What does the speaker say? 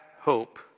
hope